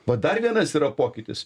vat dar vienas yra pokytis